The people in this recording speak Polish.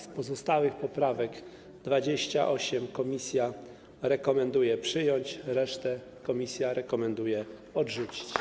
Z pozostałych poprawek 28 komisja rekomenduje przyjąć, resztę komisja rekomenduje odrzucić.